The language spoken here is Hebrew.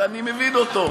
ואני מבין אותו.